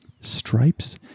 stripes